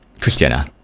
Christiana